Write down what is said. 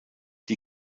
die